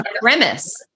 premise